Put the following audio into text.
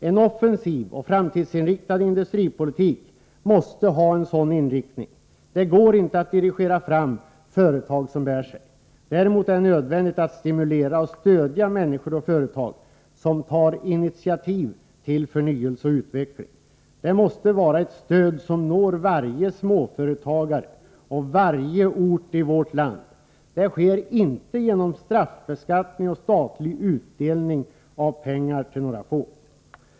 En offensiv och framtidsinriktad industripolitik måste ha en sådan inriktning. Det går inte att dirigera fram företag som bär sig. Däremot är det nödvändigt att stimulera och stödja människor och företag som tar initiativ till förnyelse och utveckling. Det måste vara ett stöd som når varje småföretagare och varje ort i vårt land. Det sker inte genom straffbeskattning och statlig utdelning av pengar till några få.